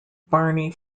barney